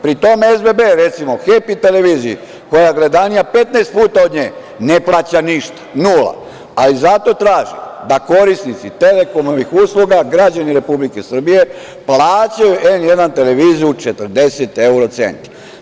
Pri tome, SBB, recimo, „Hepi“ televiziji koja je gledanija 15 puta od nje, ne plaća ništa, nula, ali zato traži da korisnici „Telekomovih“ usluga, građani Republike Srbije, plaćaju N1 televiziju 40 evra centi.